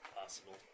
Possible